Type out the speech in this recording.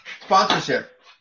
Sponsorship